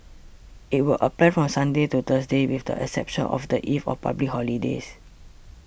it will apply from Sunday to Thursday with the exception of the eve of public holidays